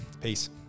Peace